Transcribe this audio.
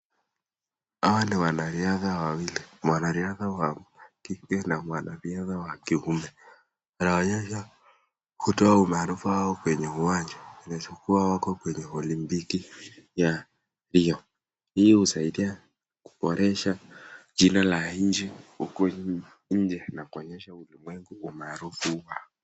Hawa ni wanariadha wawili, mwanariadha wa kike na mwanariadha wa kiume. wanaonyesha kutoa umaarufu kwa uwanja inaweza kua wako kwenye olimpiki ya mbio.